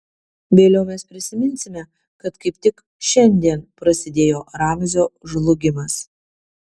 vėliau mes prisiminsime kad kaip tik šiandien prasidėjo ramzio žlugimas